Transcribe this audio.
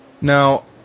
Now